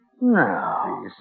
No